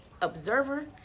observer